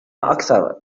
أكثر